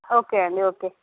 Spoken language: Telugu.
ఓకే అండి ఓకే